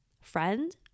Friend